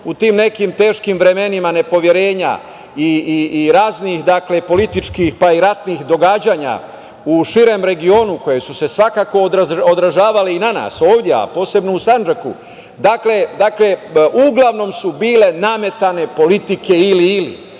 u tim nekim teškim vremenima nepoverenja i raznih političkih i ratnih događanja, u širem regionu, koji su se svakako odražavali i na nas, ovde, a posebno u Sandžaku. Dakle, uglavnom su bile nametane politike ili – ili.